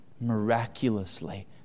miraculously